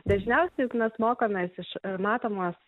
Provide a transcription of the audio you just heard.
dažniausia juk mes mokomės iš matomos